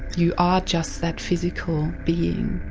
you are just that physical being,